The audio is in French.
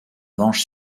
venge